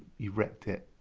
you wrecked it.